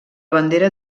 bandera